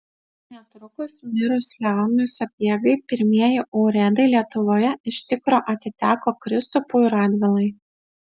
netrukus mirus leonui sapiegai pirmieji urėdai lietuvoje iš tikro atiteko kristupui radvilai